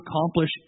accomplish